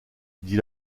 dit